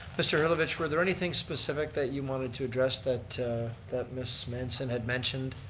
mr. herlovich, were there anything specific that you wanted to address that that ms. manson had mentioned?